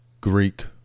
Greek